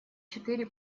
четыре